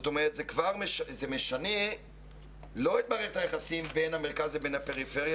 זה משנה לא את מערכת היחסים בין המרכז לבין הפריפריה,